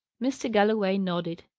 mr. galloway nodded.